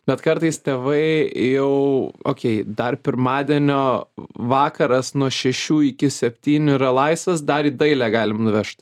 bet kartais tėvai jau okei dar pirmadienio vakaras nuo šešių iki septynių yra laisvas dar į dailę galim nuvežt